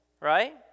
right